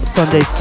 Sunday